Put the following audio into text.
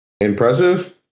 Impressive